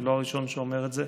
אני לא הראשון שאומר את זה,